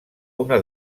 una